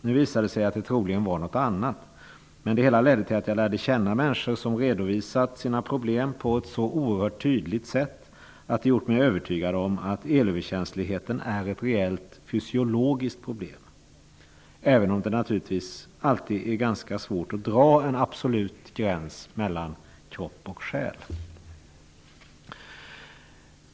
Nu visade det sig att det troligen var något annat, men det hela ledde till att jag lärde känna människor som redovisat sina problem på ett så oerhört tydligt sätt att det gjorde mig övertygad om att elöverkänsligheten är ett reellt fysiologiskt problem, även om det naturligtvis är ganska svårt att dra en absolut gräns mellan kropp och själ.